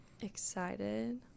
Excited